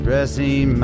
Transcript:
Dressing